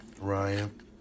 Ryan